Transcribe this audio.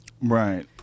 Right